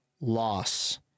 loss